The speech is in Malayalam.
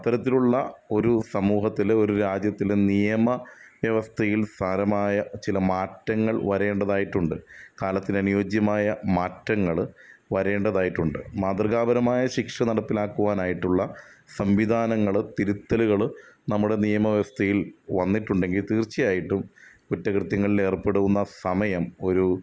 അത്തരത്തിലുള്ള ഒരു സമൂഹത്തില് ഒരു രാജ്യത്തില് നിയമ വ്യവസ്ഥയില് സാരമായ ചില മാറ്റങ്ങള് വരേണ്ടതായിട്ടുണ്ട് കാലത്തിനനുയോജ്യമായ മാറ്റങ്ങള് വരേണ്ടതായിട്ടുണ്ട് മാതൃകാപരമായ ശിക്ഷ നടപ്പിലാക്കുവാനായിട്ടുള്ള സംവിധാനങ്ങള് തിരുത്തലുകള് നമ്മുടെ നിയമവ്യവസ്ഥയില് വന്നിട്ടുണ്ടെങ്കിൽ തീര്ച്ചയായിട്ടും കുറ്റകൃത്യങ്ങളില് ഏര്പ്പെടുന്ന സമയം ഒരു